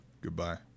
Goodbye